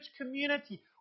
community